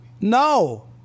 No